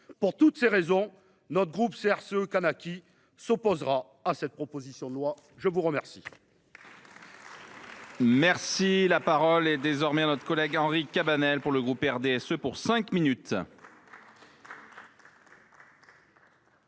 Pour toutes ces raisons, le groupe CRCE Kanaky s’opposera à cette proposition de loi. La parole